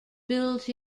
built